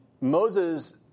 Moses